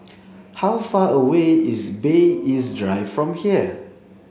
how far away is Bay East Drive from here